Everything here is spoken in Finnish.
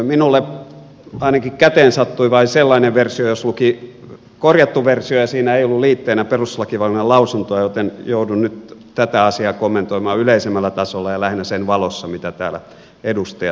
minulle ainakin käteen sattui vain korjattu versio ja siinä ei ollut liitteenä perustuslakivaliokunnan lausuntoa joten joudun nyt tätä asiaa kommentoimaan yleisemmällä tasolla ja lähinnä sen valossa mitä täällä edustajat sanoivat